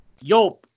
Yo